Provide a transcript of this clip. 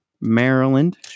Maryland